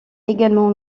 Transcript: également